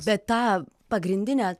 bet tą pagrindinę